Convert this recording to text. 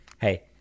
Hey